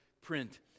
print